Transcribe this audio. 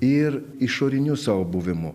ir išoriniu savo buvimu